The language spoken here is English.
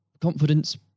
confidence